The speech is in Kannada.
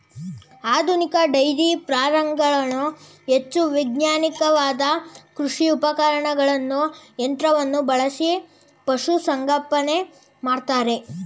ಆಧುನಿಕ ಡೈರಿ ಫಾರಂಗಳು ಹೆಚ್ಚು ವೈಜ್ಞಾನಿಕವಾದ ಕೃಷಿ ಉಪಕರಣಗಳನ್ನು ಯಂತ್ರಗಳನ್ನು ಬಳಸಿ ಪಶುಸಂಗೋಪನೆ ಮಾಡ್ತರೆ